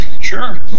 sure